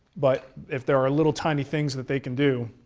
but if there are little tiny things that they can do